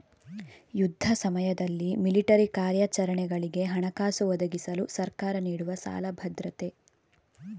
ಯುದ್ಧ ಸಮಯದಲ್ಲಿ ಮಿಲಿಟರಿ ಕಾರ್ಯಾಚರಣೆಗಳಿಗೆ ಹಣಕಾಸು ಒದಗಿಸಲು ಸರ್ಕಾರ ನೀಡುವ ಸಾಲ ಭದ್ರತೆ